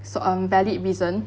so um valid reason